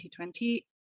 2020